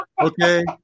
Okay